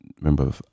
Remember